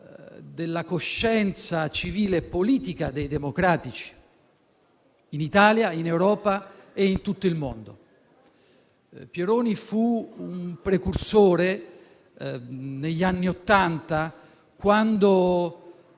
della coscienza civile e politica dei democratici in Italia, in Europa e in tutto il mondo. Pieroni fu un precursore, negli anni Ottanta,